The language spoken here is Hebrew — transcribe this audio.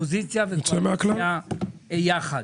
אופוזיציה וקואליציה יחד,